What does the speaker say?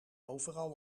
overal